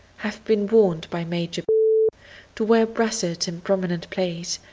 have been warned by major to wear brassards in prominent place,